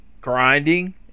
grinding